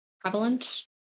prevalent